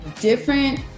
different